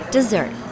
dessert